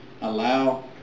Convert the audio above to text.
Allow